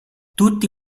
tutti